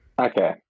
Okay